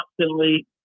constantly